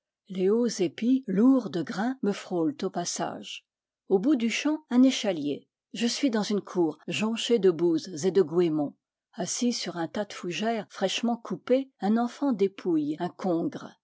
les hauts épis lourds de grain me frôlent au pas sage au bout du champ un échalier je suis dans une cour jonchée de bouses et de goémons assis sur un tas de fou gères fraîchement coupées un enfant dépouille un congre